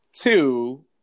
Two